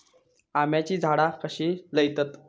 आम्याची झाडा कशी लयतत?